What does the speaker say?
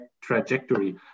trajectory